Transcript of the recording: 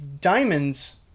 diamonds